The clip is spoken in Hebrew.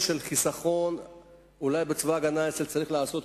חיסכון בצבא-הגנה לישראל אולי צריך לעשות,